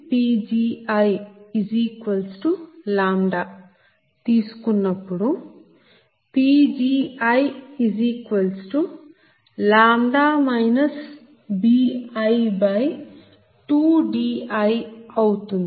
bidiPgiλ తీసుకున్నప్పుడు Pgiλ bi2di అవుతుంది